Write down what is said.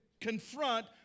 confront